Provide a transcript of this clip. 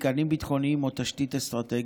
מתקנים ביטחוניים או תשתית אסטרטגית,